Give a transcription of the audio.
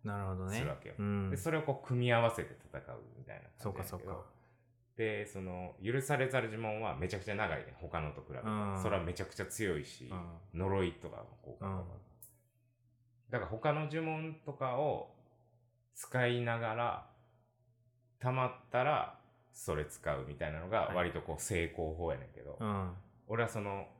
なるほどね。するわけよ。で、うん。それをこう組み合わせて戦うみたいな感じそうかそうか。やねんけど。で、その許されざる呪文はめちゃくちゃ長いね、他のと比べて。それはめちゃくちゃ強いし、うん。呪いとかもこう囲まれて。うん。だから他の呪文とかを使いながら、溜まったらそれ使うみたいなのが割とこう成功法やねんけど。はい。うん。俺はその